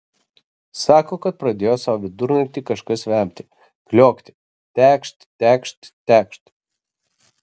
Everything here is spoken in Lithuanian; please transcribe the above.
sako kad pradėjo sau vidurnaktį kažkas vemti kliokti tekšt tekšt tekšt